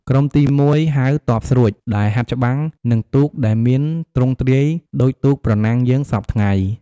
ក្រុមទី១ ហៅ ទ័ពស្រួច ដែលហាត់ច្បាំង និងទូកដែលមានទ្រង់ទ្រាយ ដូចទូកប្រណាំងយើងសព្វថ្ងៃ។